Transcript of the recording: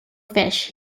fish